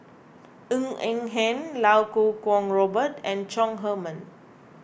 Ng Eng Hen Lau Kuo Kwong Robert and Chong Heman